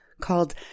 called